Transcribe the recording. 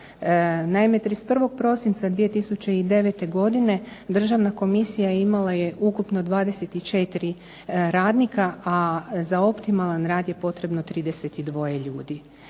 Naime, 31. prosinca 2009. godine Državna komisija imala je ukupno 24 radnika, a za optimalan rad je potrebno 32 ljudi.